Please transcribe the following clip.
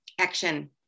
Action